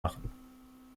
machen